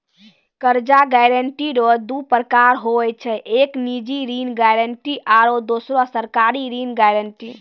कर्जा गारंटी रो दू परकार हुवै छै एक निजी ऋण गारंटी आरो दुसरो सरकारी ऋण गारंटी